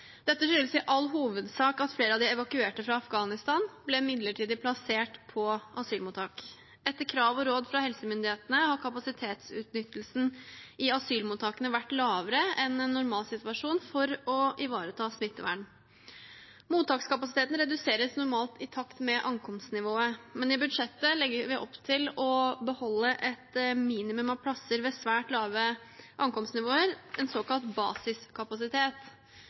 Dette skyldes i all hovedsak at flere av de evakuerte fra Afghanistan ble midlertidig plassert på asylmottak. Etter krav og råd fra helsemyndighetene har kapasitetsutnyttelsen i asylmottakene vært lavere enn i en normalsituasjon, for å ivareta smittevern. Mottakskapasiteten reduseres normalt i takt med ankomstnivået, men i budsjettet legger vi opp til å beholde et minimum av plasser ved svært lave ankomstnivåer, en såkalt basiskapasitet.